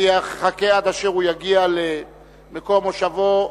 אני אחכה עד אשר יגיע למקום מושבו,